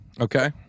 Okay